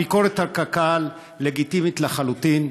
הביקורת על קק"ל לגיטימית לחלוטין,